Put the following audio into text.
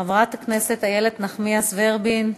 חברת הכנסת איילת נחמיאס ורבין.